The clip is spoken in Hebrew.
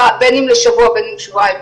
בין אם לשבוע ובין אם לשבועיים,